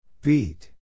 Beat